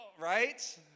right